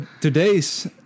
today's